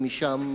ומשם,